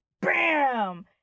bam